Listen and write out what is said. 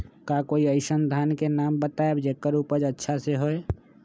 का कोई अइसन धान के नाम बताएब जेकर उपज अच्छा से होय?